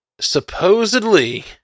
supposedly